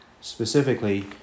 specifically